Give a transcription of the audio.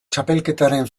txapelketaren